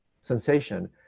sensation